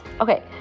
Okay